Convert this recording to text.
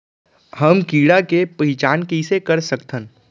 हम कीड़ा के पहिचान कईसे कर सकथन